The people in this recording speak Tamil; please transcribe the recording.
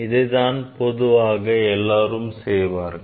அதைத்தான் பொதுவாக எல்லாரும் செய்வார்கள்